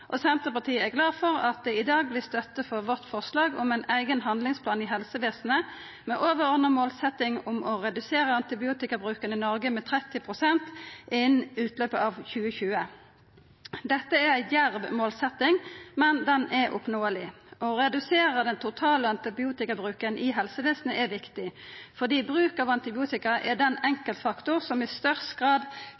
og Senterpartiet er glad for at det i dag vert støtte for vårt forslag om ein eigen handlingsplan i helsevesenet med overordna målsetting om å redusera antibiotikabruken i Noreg med 30 pst. innan utløpet av 2020. Dette er ei djerv målsetting, men ho er oppnåeleg. Å redusera den totale antibiotikabruken i helsevesenet er viktig, fordi bruk av antibiotika er den